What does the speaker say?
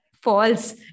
false